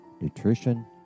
nutrition